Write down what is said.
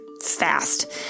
fast